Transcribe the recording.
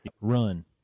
run